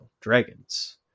dragons